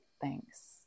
thanks